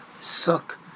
suck